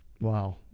Wow